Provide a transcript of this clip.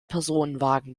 personenwagen